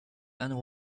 and